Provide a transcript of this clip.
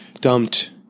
dumped